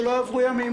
שלא יעברו ימים.